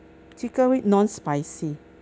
chicken wing non-spicy